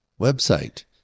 website